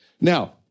now